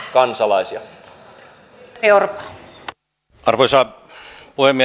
arvoisa puhemies